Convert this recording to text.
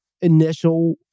initial